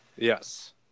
Yes